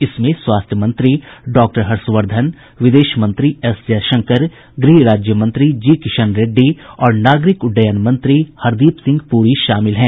इसमें स्वास्थ्य मंत्री डॉक्टर हर्षवर्धन विदेश मंत्री एस जयशंकर गृह राज्यमंत्री जी किशन रेड्डी और नागरिक उड्डयन मंत्री हरदीप सिंह प्ररी शामिल हैं